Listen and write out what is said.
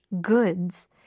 goods